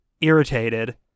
irritated